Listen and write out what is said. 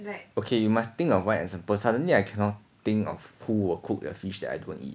okay you must think of one example suddenly I cannot think of who will cook the fish that I don't eat